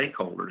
stakeholders